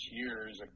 years